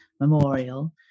memorial